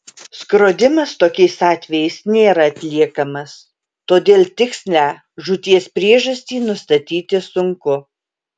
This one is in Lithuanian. skrodimas tokiais atvejais nėra atliekamas todėl tikslią žūties priežastį nustatyti sunku